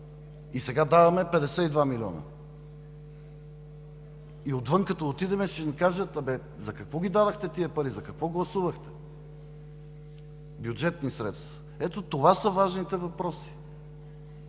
И сега даваме 52 милиона! И отвън като отидем, ще ни кажат: „За какво ги дадохте тия пари? За какво гласувахте? Бюджетни средства!“ Ето това са важните въпроси!